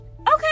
okay